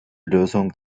lösung